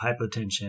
hypotension